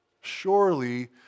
Surely